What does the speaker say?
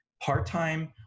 part-time